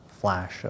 flash